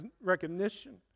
recognition